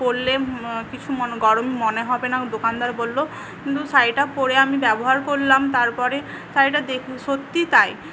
পড়লে কিছু মনে গরম মনে হবেনা দোকানদার বললো কিন্তু শাড়িটা পড়ে আমি ব্যবহার করলাম তারপরে শাড়িটা দেখ সত্যি তাই